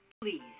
Please